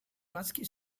maschi